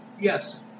Yes